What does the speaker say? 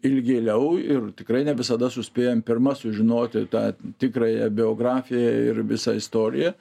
ilgėliau ir tikrai ne visada suspėjam pirma sužinoti tą tikrąją biografiją ir visą istoriją